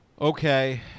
Okay